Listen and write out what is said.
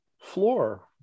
floor